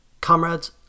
Comrades